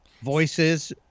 voices